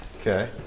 Okay